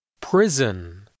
Prison